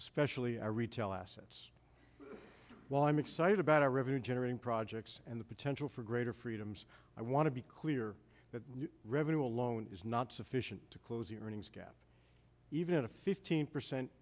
especially our retail assets while i'm excited about our revenue generating projects and the potential for greater freedoms i want to be clear that revenue alone is not sufficient to close the earnings gap even a fifteen percent